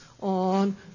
on